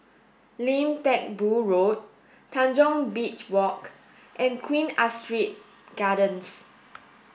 Lim Teck Boo Road Tanjong Beach Walk and Queen Astrid Gardens